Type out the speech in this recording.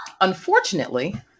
Unfortunately